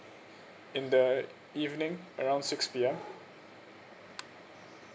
in the evening around six P_M